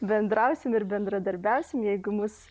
bendrausim ir bendradarbiausim jeigu mūsų